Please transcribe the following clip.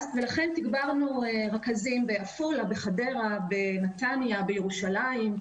לכן תגברנו רכזים בעפולה, חדרה, נתניה, ירושלים,